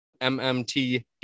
MMT